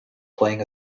playing